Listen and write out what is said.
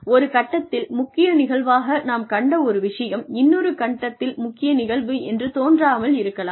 ஒரு கட்டத்தில் முக்கிய நிகழ்வாக நாம் கண்ட ஒரு விஷயம் இன்னொரு கட்டத்தில் முக்கிய நிகழ்வு என்று தோன்றாமல் இருக்கலாம்